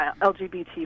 lgbt